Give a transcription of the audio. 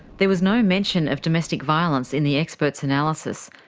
there was no mention of domestic violence in the expert's analysis,